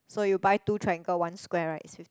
so you buy two triangle one square [right]